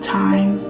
time